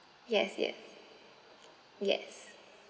yes yes yes